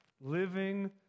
living